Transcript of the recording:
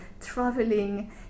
traveling